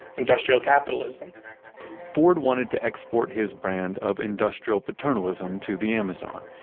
industrial capitalism ford wanted to export his brand of industrial paternalism to the amazon,